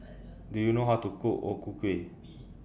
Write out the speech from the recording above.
Do YOU know How to Cook O Ku Kueh